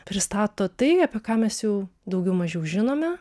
pristato tai apie ką mes jau daugiau mažiau žinome